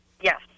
Yes